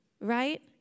right